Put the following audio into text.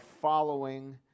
following